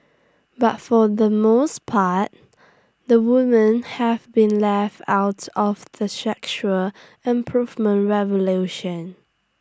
but for the most part the women have been left out of the sexual improvement revolution